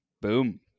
Boom